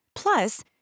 Plus